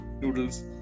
noodles